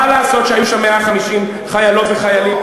מה לעשות שהיו שם 150 חיילות וחיילים?